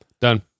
done